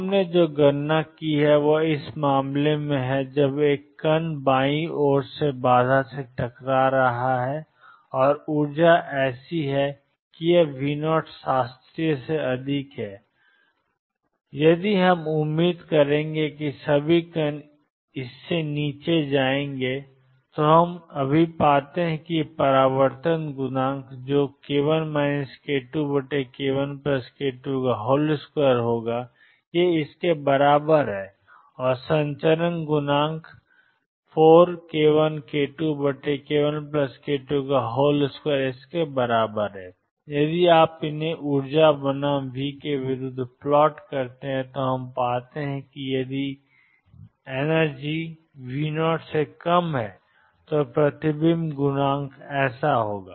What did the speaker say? तो हमने जो गणना की है वह इस मामले में है जब एक कण बाईं ओर से एक बाधा से टकरा रहा है और ऊर्जा ऐसी है कि यह V0 शास्त्रीय से अधिक है यदि हम उम्मीद करेंगे कि सभी कण इससे नीचे जाएंगे जो हम अभी पाते हैं कि एक परावर्तन गुणांक है जो k1 k2 k1k22 के बराबर है और संचरण गुणांक जो 4k1k2 k1k22 है यदि आप इन्हें ऊर्जा बनाम V के विरुद्ध प्लॉट करते हैं तो हम पाते हैं कि यदि EV0 प्रतिबिंब गुणांक है